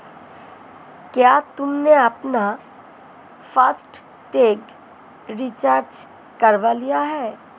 क्या तुमने अपना फास्ट टैग रिचार्ज करवा लिया है?